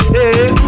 Hey